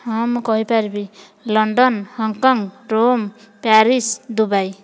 ହଁ ମୁଁ କହିପାରିବି London Hong Kong Rome Paris Dubai